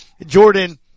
Jordan